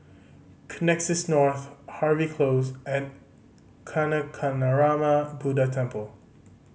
Connexis North Harvey Close and Kancanarama Buddha Temple